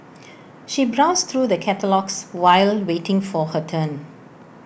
she browsed through the catalogues while waiting for her turn